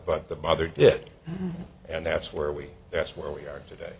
but the mother did and that's where we that's where we are today